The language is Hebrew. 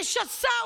משסה,